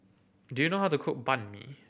do you know how to cook Banh Mi